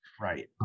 Right